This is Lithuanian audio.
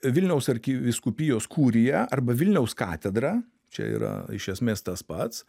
vilniaus arkivyskupijos kurija arba vilniaus katedra čia yra iš esmės tas pats